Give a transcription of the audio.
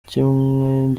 kimwe